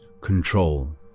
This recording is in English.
Control